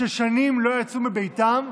ששנים לא יצאו מביתם,